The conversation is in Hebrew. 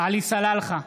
עלי סלאלחה,